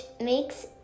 makes